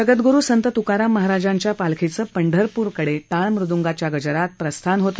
जगद्दूरू संत तुकाराम महाराजांच्या पालखीचं पंढप्रकडे टाळ मुद्गांच्या गजरात प्रस्थान झालं